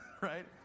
right